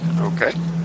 Okay